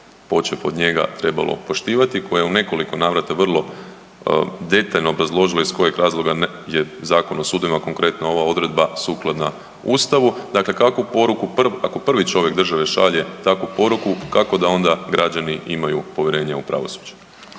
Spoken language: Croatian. počev od njega trebalo poštivati, koja je u nekoliko navrata vrlo detaljno obrazložilo iz kojeg razloga je Zakon o sudovima, konkretno ova odredba sukladna Ustavu, dakle kakvu poruku prvi čovjek države šalje takvu poruku, kako da onda građani imaju povjerenje u pravosuđe.